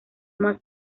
más